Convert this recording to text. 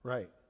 Right